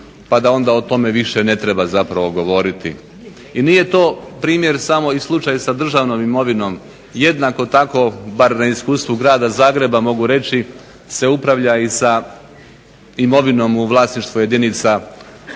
pa onda o tome više ne treba zapravo govoriti. I nije to primjer i slučaj samo sa državnom imovinom, jednako tako bar na iskustvu grada Zagreba mogu reći se upravlja sa imovinom u vlasništvu jedinica lokalne